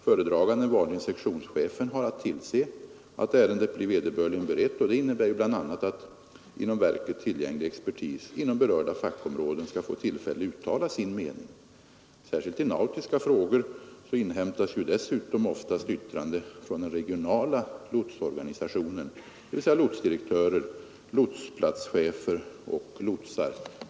Föredraganden — vanligen sektionschefen — har att tillse att ärendet blir vederbörligen berett, och det innebär bl.a. att genom verket tillgänglig expertis på berörda fackområden skall få tillfälle att uttala sin mening. Särskilt i nautiska frågor inhämtas dessutom ofta yttrande från den regionala lotsorganisationen, dvs. lotsdirektörer, lotsplatschefer och lotsar.